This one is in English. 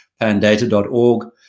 pandata.org